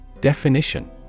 Definition